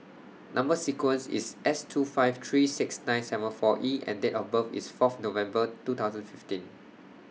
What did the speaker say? Number sequence IS S two five three six nine seven four E and Date of birth IS Fourth November two thousand fifteen